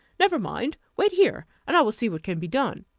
never mind wait here, and i will see what can be done.